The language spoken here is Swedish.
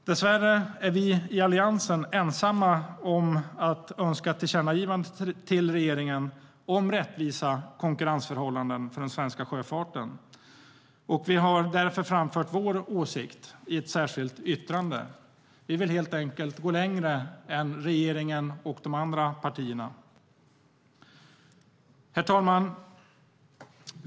Dessvärre är vi i Alliansen ensamma om att önska ett tillkännagivande till regeringen om rättvisa konkurrensförhållanden för den svenska sjöfarten. Vi har därför framfört vår åsikt i ett särskilt yttrande. Vi vill helt enkelt gå längre än regeringen och de andra partierna. Herr talman!